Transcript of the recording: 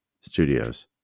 Studios